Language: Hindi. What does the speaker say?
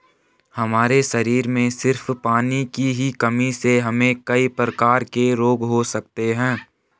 हमारे शरीर में सिर्फ पानी की ही कमी से हमे कई प्रकार के रोग हो सकते है